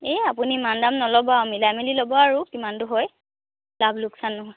এই আপুনি ইমান দাম নল'ব আৰু মিলাই মেলি ল'ব আৰু কিমানটো হয় লাভ লোকচান নোহোৱাকৈ